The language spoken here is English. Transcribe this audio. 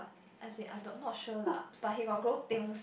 I say I don't not sure lah but he got grow thing